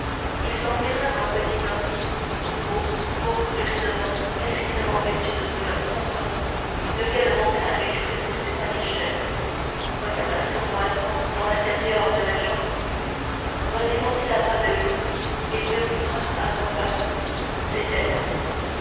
ils en tirèrent un petit homme gros court grisonnant mesquinement vêtu de couleur sombre lequel monta avec précaution à l'échelle regarda sournoisement dans l'intérieur de la chambre redescendit à pas de loup et murmura à voix basse c'est elle